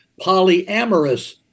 polyamorous